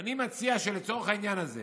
אני מציע שלצורך העניין הזה